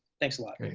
thanks a lot.